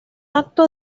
acto